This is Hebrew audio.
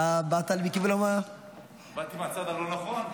באת מהכיוון --- באתי מהצד הלא-נכון?